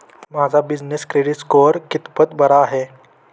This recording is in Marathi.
माझा बिजनेस क्रेडिट स्कोअर कितपत बरा आहे?